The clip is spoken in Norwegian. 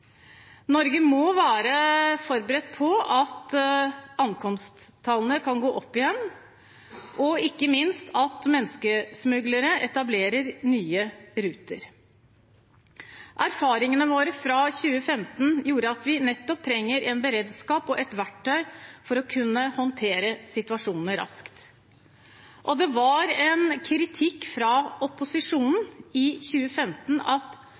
Norge må være forberedt på at ankomsttallene kan gå opp igjen, og ikke minst at menneskesmuglere etablerer nye ruter. Erfaringene våre fra 2015 har gjort at vi nettopp trenger en beredskap og et verktøy for å kunne håndtere situasjoner raskt. Det var en kritikk fra opposisjonen i 2015 at